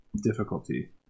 difficulty